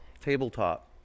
Tabletop